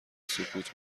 سکوت